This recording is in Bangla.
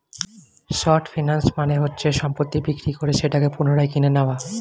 শর্ট ফিন্যান্স মানে হচ্ছে সম্পত্তি বিক্রি করে সেটাকে পুনরায় কিনে নেয়া